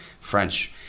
French